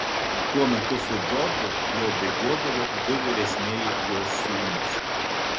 tuo metu su džordžu jau bėgiodavo du vyresnieji jo sūnūs